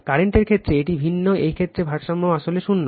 কারেন্টের ক্ষেত্রে এটি ভিন্ন এই ক্ষেত্রে ভারসাম্য আসলে শূন্য